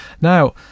Now